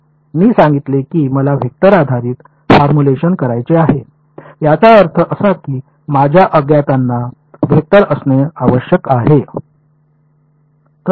मी सांगितले की मला वेक्टर आधारित फॉर्म्युलेशन करायचे आहे याचा अर्थ असा की माझ्या अज्ञातांना वेक्टर असणे आवश्यक आहे